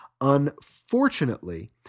Unfortunately